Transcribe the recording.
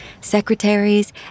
Secretaries